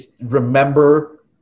remember